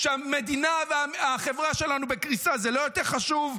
כשהמדינה והחברה שלנו בקריסה, זה לא יותר חשוב?